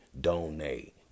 donate